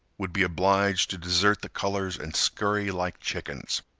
would be obliged to desert the colors and scurry like chickens.